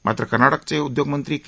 मात्र कर्नाटकाचे उद्योग मंत्री के